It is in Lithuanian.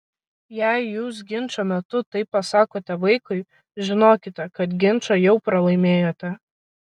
jei jūs ginčo metu taip pasakote vaikui žinokite kad ginčą jau pralaimėjote